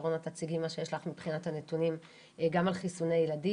ושרון את תציגי את מה שיש לך מבחינת הנתונים גם על חיסוני ילדים,